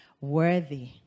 worthy